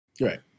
Right